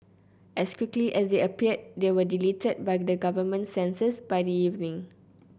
as quickly as they appeared they were deleted by the government censors by the evening